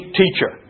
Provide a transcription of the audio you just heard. teacher